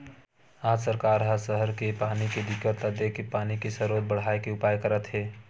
आज सरकार ह सहर के पानी के दिक्कत ल देखके पानी के सरोत बड़हाए के उपाय करत हे